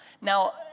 Now